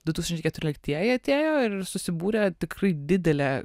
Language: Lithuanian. du tūkstančiai keturioliktieji atėjo ir susibūrė tikrai didelė